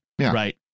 Right